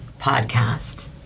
podcast